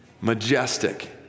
Majestic